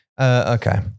okay